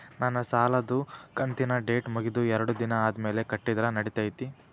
ನನ್ನ ಸಾಲದು ಕಂತಿನ ಡೇಟ್ ಮುಗಿದ ಎರಡು ದಿನ ಆದ್ಮೇಲೆ ಕಟ್ಟಿದರ ನಡಿತೈತಿ?